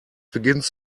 begins